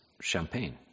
Champagne